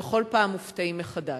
ובכל פעם מופתעים מחדש.